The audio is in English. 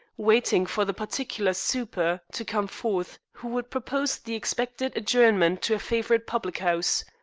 waiting for the particular super to come forth who would propose the expected adjournment to a favorite public-house.